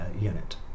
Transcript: unit